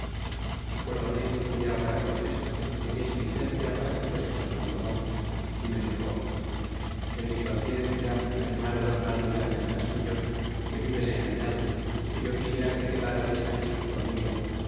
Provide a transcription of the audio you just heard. acuérdome que fui hablar á cortés que me diese licencia para que fuese con sandoval y me dixo en mi conciencia hermano bernal diaz del castillo que vives engañado que yo quisiera que quedarades aquí conmigo